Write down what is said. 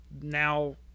now